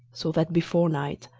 so that, before night,